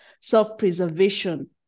self-preservation